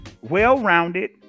well-rounded